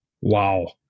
Wow